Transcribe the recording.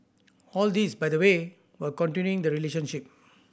all this by the way while continuing the relationship